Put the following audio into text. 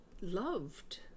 loved